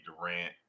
Durant